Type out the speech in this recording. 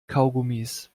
kaugummis